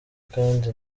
kandi